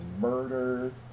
murder